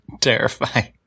Terrifying